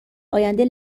آینده